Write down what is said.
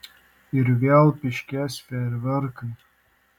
ir vėl pyškės fejerverkai